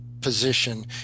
position